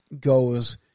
goes